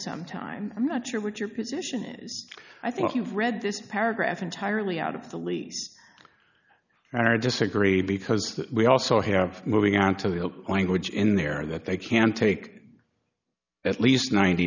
sometime i'm not sure what your position is i think you've read this paragraph entirely out of the lease or disagree because we also have moving out of the language in there that they can take at least ninety